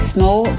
Small